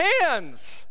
hands